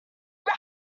was